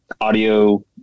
audio